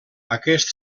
aquest